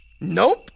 Nope